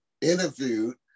interviewed